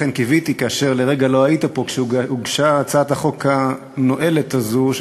ולכן קיוויתי כאשר לרגע לא היית פה כשהוגשה הצעת החוק הנואלת הזאת,